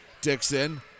Dixon